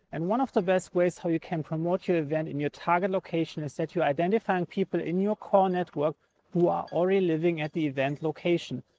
and one of the best ways how you can promote your event in your target location is that you identifying people in your core network who are already living at the event location.